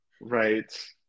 Right